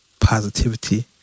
positivity